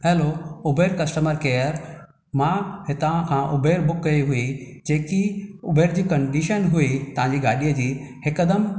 hello Uber customer care मां हितां खां उबेर बुक कई हुई जेकी उबेर जी कंडीशन हुई तव्हां जी गाॾी जी हिकदमि